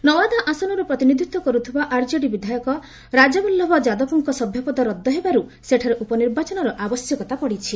ନୱାଦା ଆସନରୁ ପ୍ରତିନିଧିତ୍ୱ କରୁଥିବା ଆର୍ଜେଡି ବିଧାୟକ ରାଜବଲ୍ଲଭ ଯାଦବଙ୍କ ସଭ୍ୟପଦ ରଦ୍ଦ ହେବାରୁ ଏଠାରେ ଉପନିର୍ବାଚନର ଆବଶ୍ୟକତା ପଡ଼ିଛି